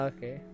Okay